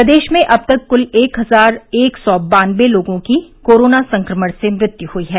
प्रदेश में अब तक कुल एक हजार एक सौ बानबे लोगों की कोरोना संक्रमण से मृत्यु हुई है